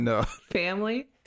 family